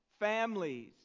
families